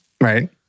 Right